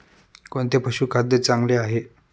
कोणते पशुखाद्य चांगले आहे?